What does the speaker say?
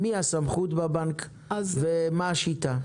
מי הסמכות בבנק ומה השיטה?